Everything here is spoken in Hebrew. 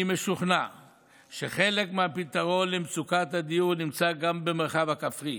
אני משוכנע שחלק מהפתרון למצוקת הדיור נמצא גם במרחב הכפרי,